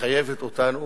מחייבת אותנו